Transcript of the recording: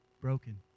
broken